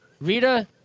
Rita